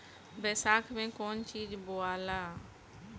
बैसाख मे कौन चीज बोवाला?